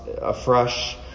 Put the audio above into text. afresh